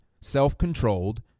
self-controlled